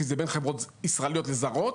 כי זה בין חברות ישראליות לזרות,